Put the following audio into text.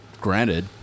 granted